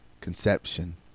conception